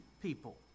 people